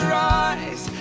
rise